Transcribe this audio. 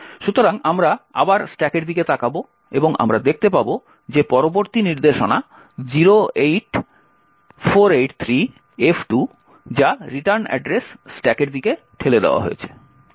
সুতরাং আমরা আবার স্ট্যাকের দিকে তাকাব এবং আমরা দেখতে পাব যে পরবর্তী নির্দেশনা 08483f2 যা রিটার্ন অ্যাড্রেস স্ট্যাকের দিকে ঠেলে দেওয়া হয়েছে